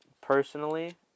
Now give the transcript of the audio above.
personally